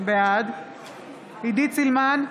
בעד עידית סילמן,